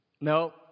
No